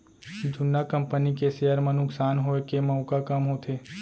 जुन्ना कंपनी के सेयर म नुकसान होए के मउका कम होथे